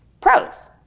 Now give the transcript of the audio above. Pros